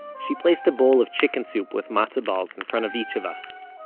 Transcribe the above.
she placed a bowl of chicken soup with matzo balls in front of each of us.